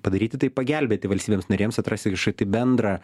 padaryti tai pagelbėti valstybėms narėms atrasti kašoti bendrą